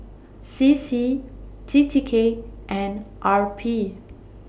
C C T T K and R P